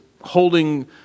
holding